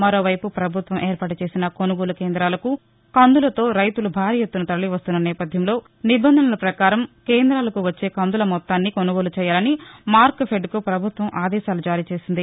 మరోవైపు ప్రభుత్వం ఏర్పాటు చేసిన కొనుగోలు కేందాలకు కందులతో రైతులు భారీ ఎత్తున తరలివస్తున్న నేపథ్యంలో నిబంధనల ప్రకారం కేందాలకు తీసుకొచ్చే కందుల మొత్తాన్ని కొనుగోలు చేయాలని మార్క్ ఫెడ్ కు ప్రభుత్వం ఆదేశాలు జారీ చేసింది